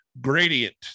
Gradient